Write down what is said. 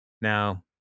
Now